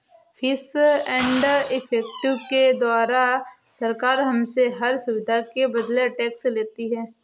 fees and effective के द्वारा सरकार हमसे हर सुविधा के बदले टैक्स लेती है